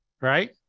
Right